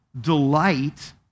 delight